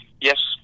yes